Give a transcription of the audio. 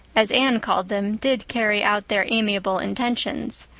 as anne called them, did carry out their amiable intentions.